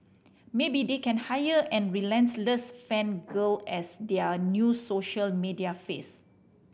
maybe they can hire and relentless fan girl as their new social media face